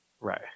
Right